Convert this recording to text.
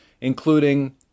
including